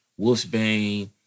Wolf'sbane